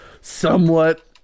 somewhat